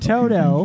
Toto